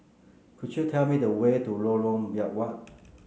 could you tell me the way to Lorong Biawak